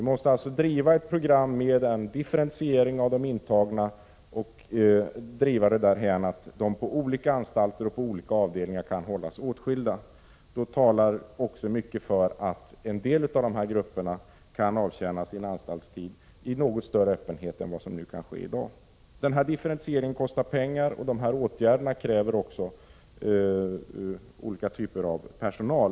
Vi måste således driva ett program med differentiering av de intagna. Vi måste få det därhän att de olika kategorierna kan hållas åtskilda — på olika avdelningar och anstalter. Mycket talar för att en del av dessa grupper kan avtjäna sin anstaltstid i något större öppenhet än vad som sker i dag. Denna differentiering kostar pengar, och åtgärderna kräver också olika typer av personal.